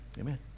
Amen